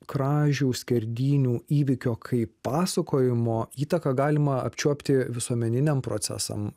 kražių skerdynių įvykio kaip pasakojimo įtaką galima apčiuopti visuomeniniam procesam